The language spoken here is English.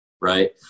right